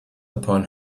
upon